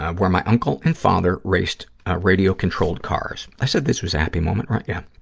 ah where my uncle and father raced radio-controlled cars. i said this was a happy moment, right? yeah.